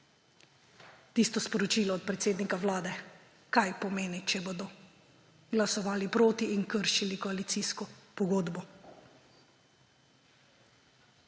tisto sporočilo od predsednika Vlade, kaj pomeni, če bodo glasovali proti in kršili koalicijsko pogodbo.